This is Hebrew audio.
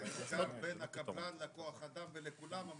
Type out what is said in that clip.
זה נסגר בין הקבלן לכוח אדם ולכולם,